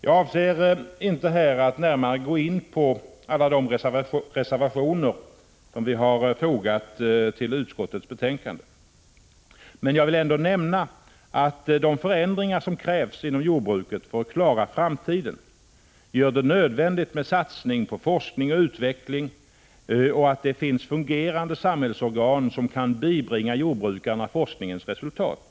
Jag avser inte här att närmare gå in på alla de reservationer vi fogat till utskottets betänkande, men jag vill ändå nämna att de förändringar som krävs inom jordbruket för att klara framtiden gör det nödvändigt med satsning på forskning och utveckling och att det finns fungerande samhällsor 117 gan som kan bibringa jordbrukarna forskningens resultat.